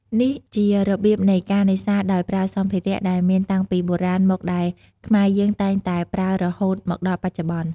នេះជារបៀបនៃការនេសាទដោយប្រើសម្ភារៈដែលមានតាំងពីបុរាណមកដែលខ្នែរយើងតែងតែប្រើរហូតមកដល់បច្ចុប្បន្នុ។